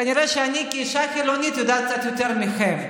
כנראה אני כאישה חילונית יודעת קצת יותר מכם.